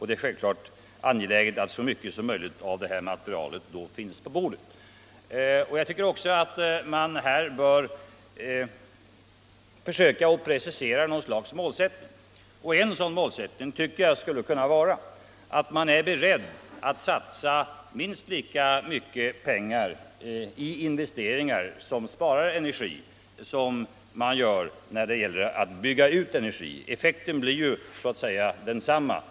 Det är självklart angeläget att så mycket som möjligt av materialet då finns framlagt. Något slags målsättning bör också preciseras. En sådan målsättning skulle kunna vara att satsa minst lika mycket pengar på investeringar för energibesparing som för energiutbyggnad.